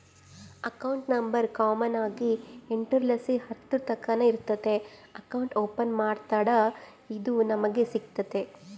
account number common ಆಗಿ ಎಂಟುರ್ಲಾಸಿ ಹತ್ತುರ್ತಕನ ಇರ್ತತೆ ಅಕೌಂಟ್ ಓಪನ್ ಮಾಡತ್ತಡ ಇದು ನಮಿಗೆ ಸಿಗ್ತತೆ